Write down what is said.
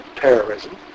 terrorism